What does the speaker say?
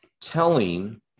telling